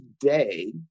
day